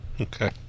Okay